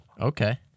Okay